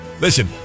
listen